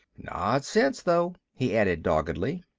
not sense, though, he added doggedly.